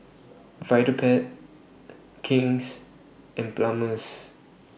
Vitapet King's and Palmer's